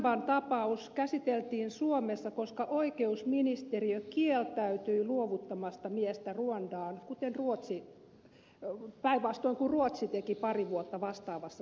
bazaramban tapaus käsiteltiin suomessa koska oikeusministeriö kieltäytyi luovuttamasta miestä ruandaan päinvastoin kuin ruotsi teki pari vuotta sitten vastaavassa tapauksessa